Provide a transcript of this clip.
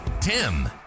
Tim